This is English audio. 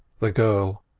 the girl,